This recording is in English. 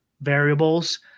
variables